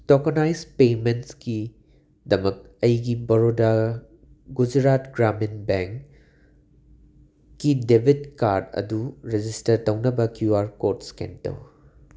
tokenise ꯄꯦꯃꯦꯟꯁꯀꯤꯗꯃꯛ ꯑꯩꯒꯤ ꯕꯔꯣꯗꯥ ꯒꯨꯖꯔꯥꯠ ꯒ꯭ꯔꯥꯃꯤꯟ ꯕꯦꯡꯀꯤ ꯗꯦꯕꯤꯠ ꯀꯥꯔꯠ ꯑꯗꯨ ꯔꯦꯖꯤꯁꯇꯔ ꯇꯧꯅꯕ ꯀ꯭ꯌꯨ ꯑꯥꯔ ꯀꯣꯗ ꯁ꯭ꯀꯦꯟ ꯇꯧ